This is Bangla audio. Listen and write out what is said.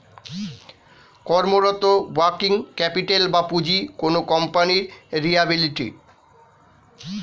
কর্মরত ওয়ার্কিং ক্যাপিটাল বা পুঁজি কোনো কোম্পানির লিয়াবিলিটি